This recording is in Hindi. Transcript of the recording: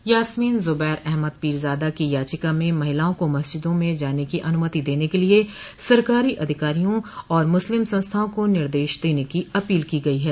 यासमीन जुबैर अहमद पीरजादा की याचिका में महिलाओं को मस्जिदों में जाने की अनुमति देने के लिए सरकारी अधिकारियों और मुस्लिम संस्थाओं को निर्देश देने की अपील की गई है